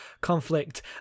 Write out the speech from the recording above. conflict